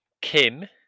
kim